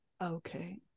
Okay